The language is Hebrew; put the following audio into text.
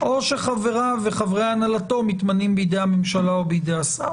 או שחבריו וחברי הנהלתו מתמנים בידי הממשלה או בידי השר.